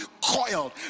coiled